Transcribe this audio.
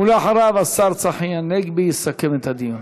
אחריו השר צחי הנגבי יסכם את הדיון.